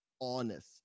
honest